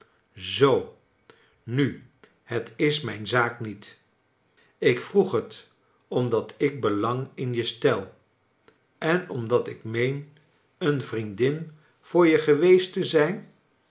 zoo nu het is mijn zaak niet ik vroeg het omdat ik belang in je stel en omdat ik meen een vriendin voor je gcwcest te zijn